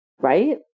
Right